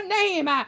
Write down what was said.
name